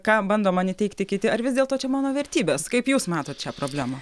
ką bando man įteigti kiti ar vis dėlto čia mano vertybės kaip jūs matot šią problemą